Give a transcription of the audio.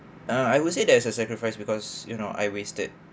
uh I would say there is a sacrifice because you know I wasted